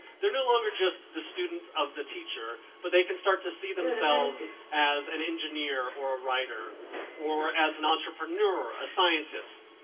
they're no longer just the student of the teacher, but they can start to see themselves as an engineer or a writer or as an entrepreneur or a scientist.